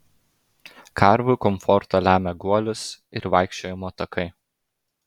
karvių komfortą lemia guolis ir vaikščiojimo takai